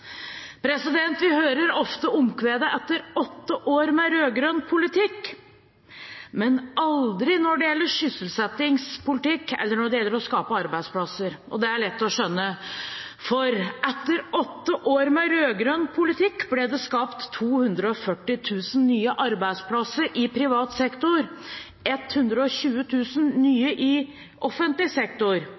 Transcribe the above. Vi hører ofte omkvedet «etter åtte år med rød-grønn politikk», men aldri når det gjelder sysselsettingspolitikk, eller når det gjelder å skape arbeidsplasser. Det er lett å skjønne, for etter åtte år med rød-grønn politikk ble det skapt 240 000 nye arbeidsplasser i privat sektor, 120 000 nye i offentlig sektor